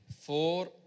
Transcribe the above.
four